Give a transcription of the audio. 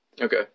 Okay